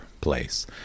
place